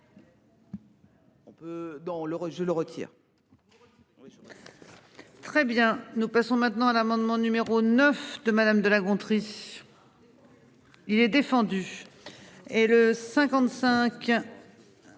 Très bien. Nous passons maintenant à l'amendement numéro 9 de madame de La Gontrie. Gérard Clément.